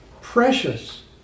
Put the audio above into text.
Precious